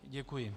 Děkuji.